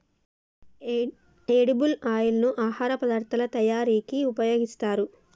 edible oil ను ఆహార పదార్ధాల తయారీకి ఉపయోగిస్తారు